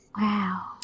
Wow